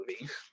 movie